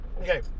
okay